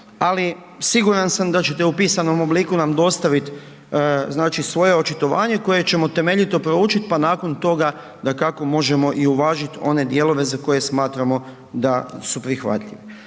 ali siguran sam da ćete u pisanom obliku nam dostavit znači svoje očitovanje koje ćemo temeljito proučit pa nakon toga dakako možemo uvažit i one dijelove za koje smatramo da su prihvatljivi.